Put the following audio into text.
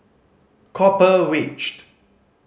Copper Ridged